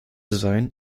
sein